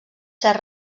ser